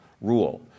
rule